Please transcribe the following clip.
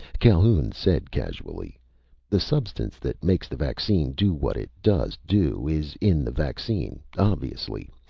calhoun said casually the substance that makes the vaccine do what it does do is in the vaccine, obviously.